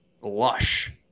lush